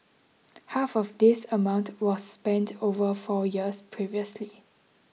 half of this amount was spent over four years previously